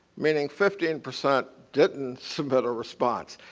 meaning fifteen percent didn't submit a response.